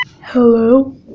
Hello